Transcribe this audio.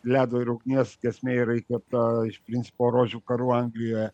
ledo ir ugnies giesmė yra įkvėpta iš principo rožių karų anglijoje